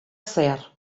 zehar